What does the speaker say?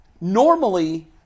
Normally